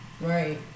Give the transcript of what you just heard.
Right